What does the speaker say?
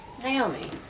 naomi